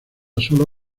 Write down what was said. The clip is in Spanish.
solo